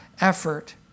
effort